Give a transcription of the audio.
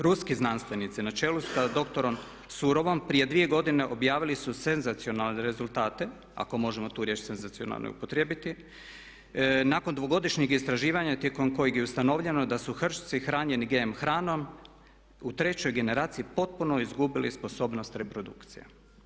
Ruski znanstvenici na čelu sa dr. Surovom prije 2 godine objavili su senzacionalne rezultate, ako možemo tu riječ senzacionalno i upotrijebiti, nakon dvogodišnjeg istraživanja tijekom kojeg je ustanovljeno da su hrčci hranjeni GM hranom u trećoj generaciji potpuno izgubili sposobnog reprodukcije.